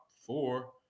four